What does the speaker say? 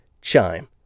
Chime